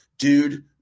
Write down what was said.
Dude